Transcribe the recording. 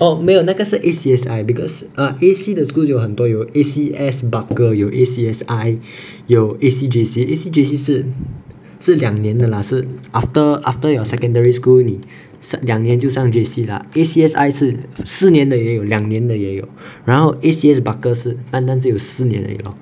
oh 没有那个是 A_C_I because uh A_C 的 school 有很多有 A_C_S barker 有 A_C_S_I 有 A_C_J_C A_C_J_C 是是两年的啦是 after after your secondary school 你两年就上 J_C lah A_C_I 是四年的也有两年的也有然后 A_C_S barker 是单单只有四年而已 lor